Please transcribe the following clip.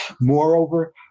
Moreover